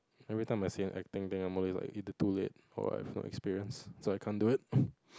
every time I see them acting then I'm always like need to pull it or I have no experience so I can't do it